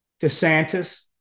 DeSantis